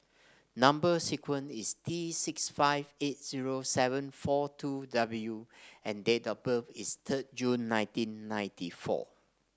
number sequence is T six five eight zero seven four two W and date of birth is third June nineteen ninety four